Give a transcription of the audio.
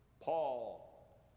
Paul